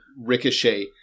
ricochet